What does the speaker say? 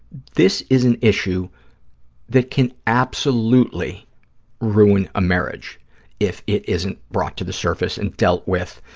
this is an issue that can absolutely ruin a marriage if it isn't brought to the surface and dealt with.